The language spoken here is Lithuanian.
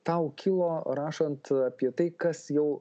tau kilo rašant apie tai kas jau